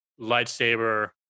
lightsaber